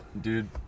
Dude